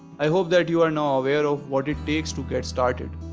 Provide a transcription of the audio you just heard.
i hope that you are now aware of what it takes to get started.